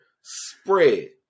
spread